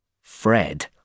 Fred